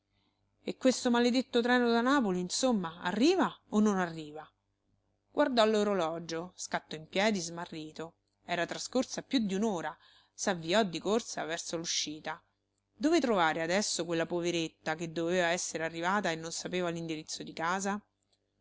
e questo maledetto treno da napoli insomma arriva o non arriva guardò l'orologio scattò in piedi smarrito era trascorsa più di un'ora s'avviò di corsa verso l'uscita dove trovare adesso quella poveretta che doveva essere arrivata e non sapeva l'indirizzo di casa